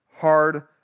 hard